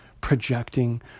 projecting